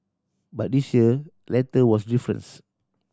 but this year letter was difference